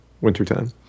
wintertime